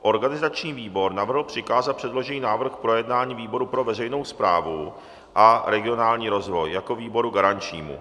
Organizační výbor navrhl přikázat předložený návrh k projednání výboru pro veřejnou správu a regionální rozvoj jako výboru garančnímu.